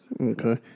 Okay